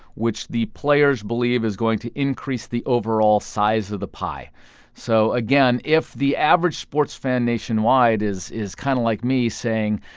which the players believe is going to increase the overall size of the pie so again, if the average sports fan nationwide is, kind of like me, saying,